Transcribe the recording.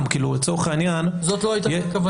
לצורך העניין --- זאת לא הייתה הכוונה.